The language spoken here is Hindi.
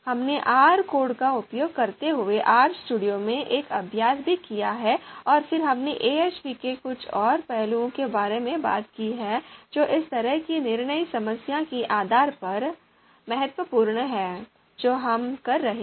हमने R कोड का उपयोग करते हुए RStudio में एक अभ्यास भी किया है और फिर हमने AHP के कुछ और पहलुओं के बारे में बात की है जो इस तरह की निर्णय समस्या के आधार पर महत्वपूर्ण हैं जो हम कर रहे हैं